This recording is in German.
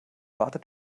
wartet